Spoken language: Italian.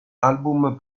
album